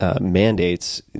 mandates